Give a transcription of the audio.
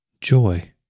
joy